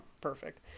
Perfect